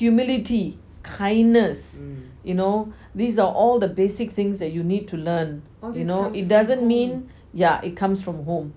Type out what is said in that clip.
humility kindness you know these are all the basic things that you need to learn you know it doesn't mean yeah it comes from home